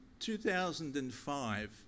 2005